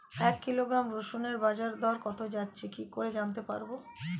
এক কিলোগ্রাম রসুনের বাজার দর কত যাচ্ছে কি করে জানতে পারবো?